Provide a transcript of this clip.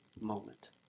moment